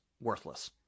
worthless